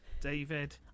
David